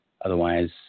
Otherwise